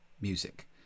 music